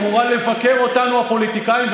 אמורה לבקר אותנו הפוליטיקאים,